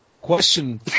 question